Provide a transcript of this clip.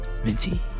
Minty